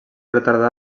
retardar